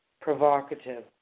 provocative